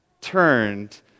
turned